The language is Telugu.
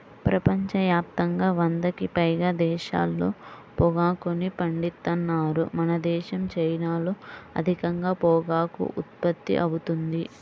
ప్రపంచ యాప్తంగా వందకి పైగా దేశాల్లో పొగాకుని పండిత్తన్నారు మనదేశం, చైనాల్లో అధికంగా పొగాకు ఉత్పత్తి అవుతుంది